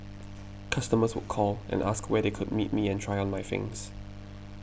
customers would call and ask where they could meet me and try on my things